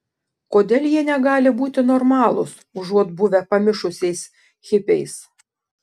kodėl jie negali būti normalūs užuot buvę pamišusiais hipiais